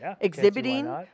exhibiting